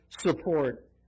support